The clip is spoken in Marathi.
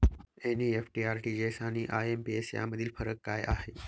एन.इ.एफ.टी, आर.टी.जी.एस आणि आय.एम.पी.एस यामधील फरक काय आहे?